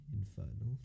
infernal